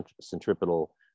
centripetal